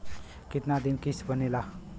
कितना दिन किस्त बनेला?